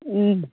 उम